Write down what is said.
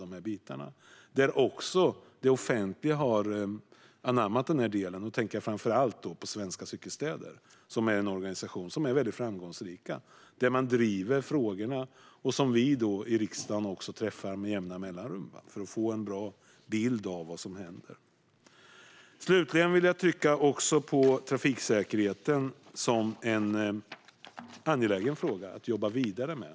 De offentliga har också anammat detta. Jag tänker framför allt på Svenska Cykelstäder, en framgångsrik organisation som driver dessa frågor. Vi i riksdagen träffar dem med jämna mellanrum för att få en bra bild av vad som händer. Slutligen vill jag även trycka på trafiksäkerheten som en angelägen fråga att jobba vidare med.